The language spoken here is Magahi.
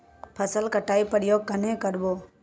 फसल कटाई प्रयोग कन्हे कर बो?